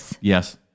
Yes